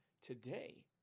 today